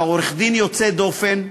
אתה עורך-דין יוצא דופן,